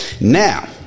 Now